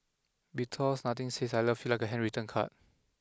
because nothing says I love you like a handwritten card